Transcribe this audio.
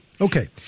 Okay